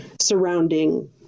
surrounding